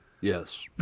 Yes